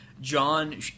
John